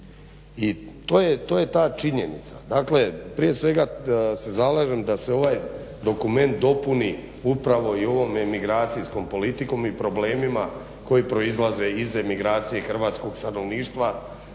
I to je ta činjenica. Dakle, prije svega se zalažem da se ovaj dokument dopuni upravo i ovom emigracijskom politikom i problemima koji proizlaze iz emigracije hrvatskog stanovništva